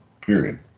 Period